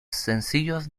sencillos